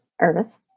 earth